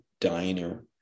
diner